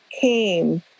came